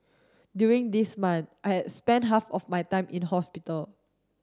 during these month I had spent half my time in hospital